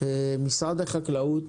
משרד החקלאות